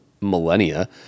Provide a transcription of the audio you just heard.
millennia